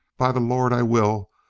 by the lord, i will,